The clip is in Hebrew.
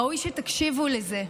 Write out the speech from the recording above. ראוי שתקשיבו לזה: